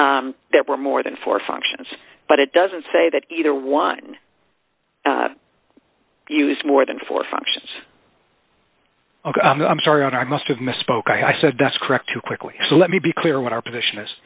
that were more than four functions but it doesn't say that either one used more than four functions i'm sorry on i must have misspoke i said that's correct too quickly so let me be clear what our position is